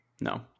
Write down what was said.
no